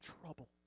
trouble